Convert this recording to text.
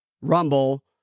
Rumble